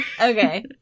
Okay